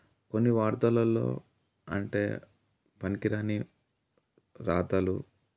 కొన్ని వార్తలలో అంటే పనికిరాని రాతలు